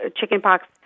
chickenpox